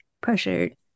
pressured